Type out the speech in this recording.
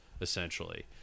essentially